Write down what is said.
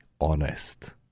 honest